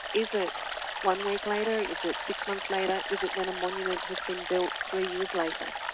is it one week later? is it six months later? is it when a monument has been built three years later?